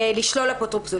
לשלול אפוטרופסות.